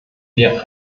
wir